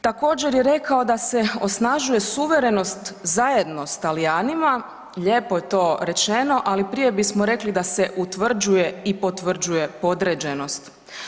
Također je rekao da se osnažuje suverenost zajedno s Talijanima, lijepo je to rečeno, ali prije bismo rekli da se utvrđuje i potvrđuje podređenost.